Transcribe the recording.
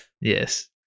Yes